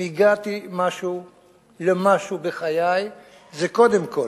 אם הגעתי למשהו בחיי זה קודם כול,